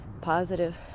positive